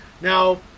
now